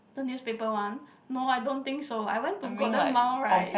the newspaper one no I don't think so I went to Golden Mile right